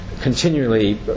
continually